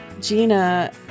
Gina